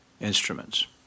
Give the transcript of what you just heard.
instruments